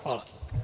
Hvala.